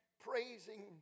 praising